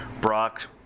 Brock